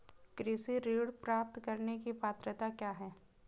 कृषि ऋण प्राप्त करने की पात्रता क्या है?